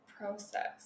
process